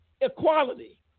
equality